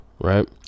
right